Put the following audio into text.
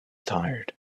tired